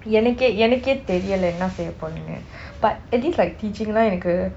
எனக்கே எனக்கே தெரியலை என்ன செய்ய போறேனு:enakkei enakkei theriyalei enna seiya porenu but at least like teaching லாம் எனக்கு:laam enakku